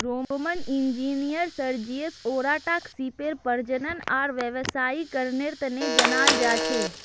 Roman engineer Sergius ओराटाक सीपेर प्रजनन आर व्यावसायीकरनेर तने जनाल जा छे